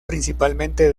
principalmente